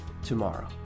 tomorrow